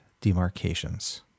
demarcations